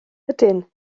ydyn